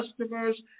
customers